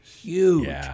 huge